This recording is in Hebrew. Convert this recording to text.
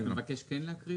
אתה מבקש להקריא אותה?